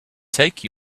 take